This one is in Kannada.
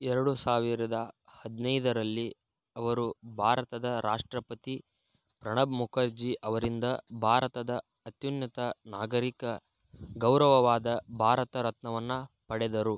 ಎರಡು ಸಾವಿರದ ಹದಿನೈದರಲ್ಲಿ ಅವರು ಭಾರತದ ರಾಷ್ಟ್ರಪತಿ ಪ್ರಣಬ್ ಮುಖರ್ಜಿ ಅವರಿಂದ ಭಾರತದ ಅತ್ಯುನ್ನತ ನಾಗರಿಕ ಗೌರವವಾದ ಭಾರತ ರತ್ನವನ್ನು ಪಡೆದರು